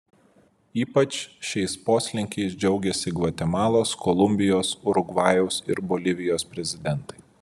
ypač šiais poslinkiais džiaugiasi gvatemalos kolumbijos urugvajaus ir bolivijos prezidentai